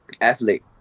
athlete